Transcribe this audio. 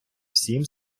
всім